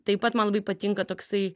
taip pat man labai patinka toksai